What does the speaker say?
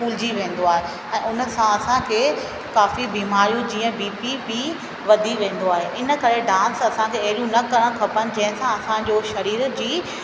फूलजी वेंदो आहे ऐं उन सां असांखे काफ़ी बीमारियूं जीअं बी पी बि वधी वेंदो आहे इन करे डांस असां खे अहिड़ियूं न करिणियूं खपनि जंहिंसा असांजो शरीर जी